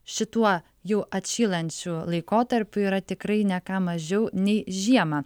šituo jau atšylančiu laikotarpiu yra tikrai ne ką mažiau nei žiemą